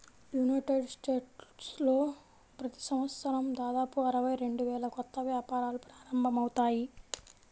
United స్టేట్స్లో ప్రతి సంవత్సరం దాదాపు అరవై రెండు వేల కొత్త వ్యాపారాలు ప్రారంభమవుతాయి